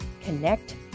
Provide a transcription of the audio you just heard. Connect